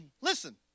Listen